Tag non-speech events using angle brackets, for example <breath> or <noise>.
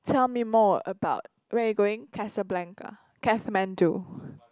tell me more about where you going Casablanca Kathmandu <breath>